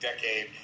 decade